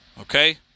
Okay